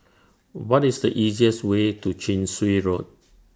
What IS The easiest Way to Chin Swee Road